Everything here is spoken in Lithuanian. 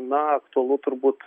na aktualu turbūt